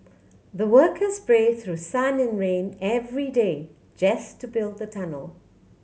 the workers braved through sun and rain every day just to build the tunnel